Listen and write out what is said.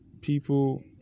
people